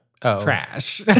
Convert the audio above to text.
Trash